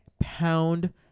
pound